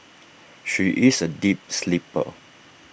she is A deep sleeper